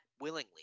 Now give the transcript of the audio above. willingly